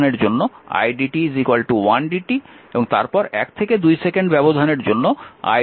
এবং তারপর 1 থেকে 2 সেকেন্ড ব্যবধানের জন্য i dt 3 t2 dt